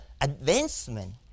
advancement